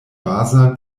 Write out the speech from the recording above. baza